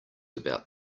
about